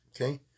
Okay